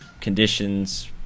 conditions